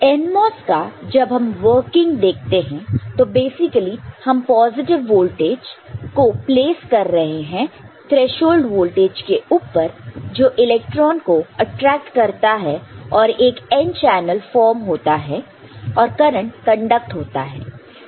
NMOS का जब हम वर्किंग देखते हैं तो बेसिकली हम पॉजिटिव वोल्टेज को प्लेस कर रहे हैं थ्रेशोल्ड वोल्टेज के ऊपर जो इलेक्ट्रॉन को अट्रैक्ट करता है और एक n चैनल फॉर्म होता है और करंट कंडक्ट होता है